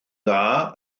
dda